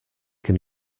can